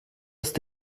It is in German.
ist